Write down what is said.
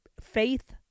faith